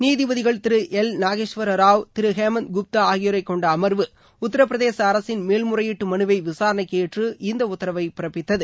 நீதிபதிகள் திரு எல் நாகேஷ்வர ராவ் திரு ஹேமந்த் குப்தா ஆகியோரைக்கொண்ட அமர்வு உத்திரபிரதேச அரசின் மேல்முறையீட்டு மனுவை விசாரணைக்கு ஏற்று இந்த உத்தரவை பிறப்பித்தது